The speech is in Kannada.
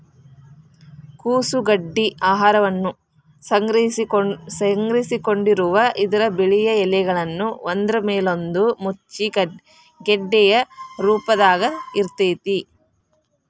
ಕೋಸು ಗಡ್ಡಿ ಆಹಾರವನ್ನ ಸಂಗ್ರಹಿಸಿಕೊಂಡಿರುವ ಇದರ ಬಿಳಿಯ ಎಲೆಗಳು ಒಂದ್ರಮೇಲೊಂದು ಮುಚ್ಚಿ ಗೆಡ್ಡೆಯ ರೂಪದಾಗ ಇರ್ತೇತಿ